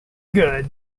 gone